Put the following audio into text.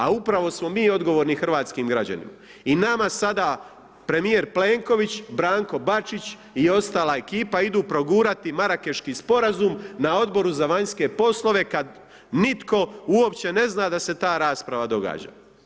A upravo smo mi odgovorni hrvatskim građanima i nama sada premijer Plenković, Branko Bačić, i ostala ekipa idu progurati Marakeški Sporazum na Odboru za vanjske poslove kad nitko uopće ne zna da se ta rasprava događa.